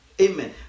Amen